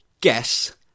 Guess